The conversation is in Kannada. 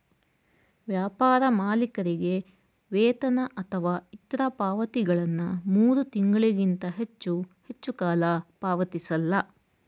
ವ್ಯಾಪಾರ ಮಾಲೀಕರಿಗೆ ವೇತನ ಅಥವಾ ಇತ್ರ ಪಾವತಿಗಳನ್ನ ಮೂರು ತಿಂಗಳಿಗಿಂತ ಹೆಚ್ಚು ಹೆಚ್ಚುಕಾಲ ಪಾವತಿಸಲ್ಲ